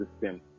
system